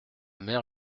mère